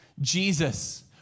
Jesus